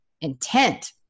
intent